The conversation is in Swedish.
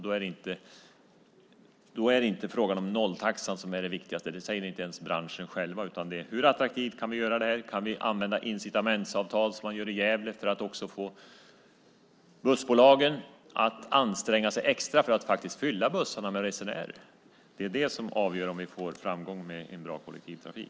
Det är då inte frågan om nolltaxan som är det viktigaste. Det säger inte ens branschen själv. Det handlar om hur attraktivt vi kan göra det. Kan vi använda incitamentsavtal, som man gör i Gävle, för att få bussbolagen att anstränga sig extra att fylla bussarna med resenärer? Det är vad som avgör om vi får framgång med en bra kollektivtrafik.